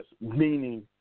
meaning